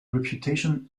reputation